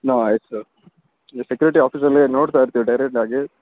ಹಾಂ ಆಯ್ತು sir security ಆಫೀಸಲ್ಲಿ ನೋಡ್ತಾ ಇರ್ತೀವಿ ಡೈರೆಕ್ಟಾಗಿ